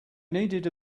needed